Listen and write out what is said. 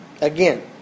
Again